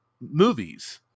movies